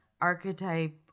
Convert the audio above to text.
archetype